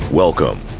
Welcome